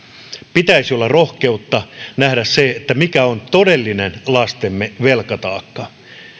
pitäisi olla rohkeutta nähdä mikä on lastemme todellinen velkataakka